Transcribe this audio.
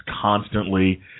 constantly